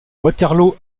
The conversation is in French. waterloo